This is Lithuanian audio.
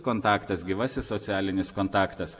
kontaktas gyvasis socialinis kontaktas